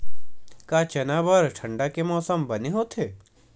का चना बर ठंडा के मौसम बने होथे?